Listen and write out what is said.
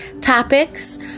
topics